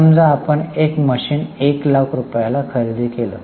समजा आपण एक मशीन 1 लाख रुपयाला खरेदी केली